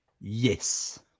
Yes